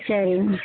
சரிங்கம்மா